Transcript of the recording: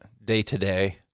day-to-day